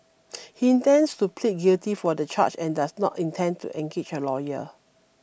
he intends to plead guilty for the charge and does not intend to engage a lawyer